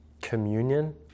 communion